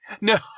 no